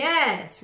Yes